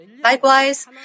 Likewise